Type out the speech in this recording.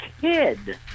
kid